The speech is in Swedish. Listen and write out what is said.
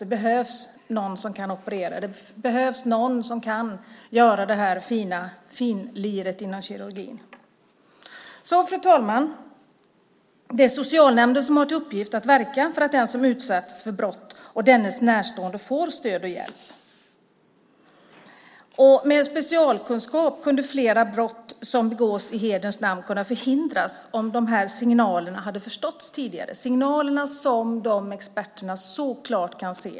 Det behövs någon som kan operera, någon som kan finliret inom kirurgin. Fru talman! Socialnämnden har i uppgift att verka för att den som utsatts för brott och dennes närstående får stöd och hjälp. Med en specialkunskap skulle flera av de brott som begås i hederns namn kunna förhindras om de här signalerna tidigare hade förståtts - signaler som experterna så klart kan se.